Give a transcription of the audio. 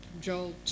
Joel